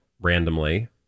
randomly